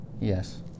Yes